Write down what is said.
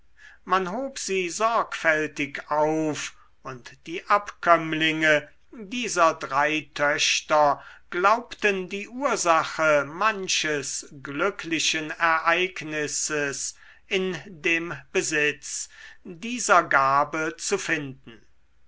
man hob sie sorgfältig auf und die abkömmlinge dieser drei töchter glaubten die ursache manches glücklichen ereignisses in dem besitz dieser gabe zu finden